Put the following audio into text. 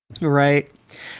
Right